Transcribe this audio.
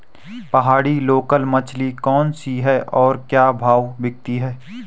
पहाड़ी लोकल मछली कौन सी है और क्या भाव बिकती है?